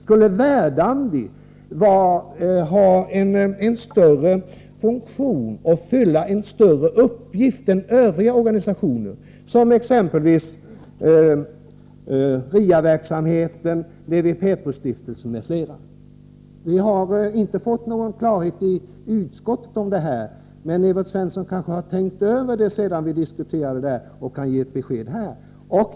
Skulle Verdandi fylla en större uppgift än övriga organisationer, som exempelvis RIA och Lewi Pethrus-stiftelsen? Vi har inte fått någon klarhet om detta i utskottet, men Evert Svensson har kanske har tänkt över det sedan vi diskuterade och kan ge ett besked.